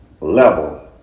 level